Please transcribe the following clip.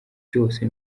byose